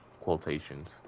quotations